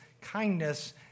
Kindness